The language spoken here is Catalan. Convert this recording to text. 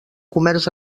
comerç